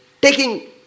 taking